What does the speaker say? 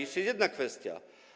Jeszcze jedna kwestia.